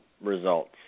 results